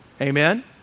Amen